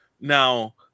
now